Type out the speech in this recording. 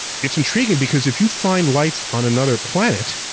it's intriguing because if you find life on another planet